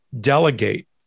delegate